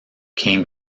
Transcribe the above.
came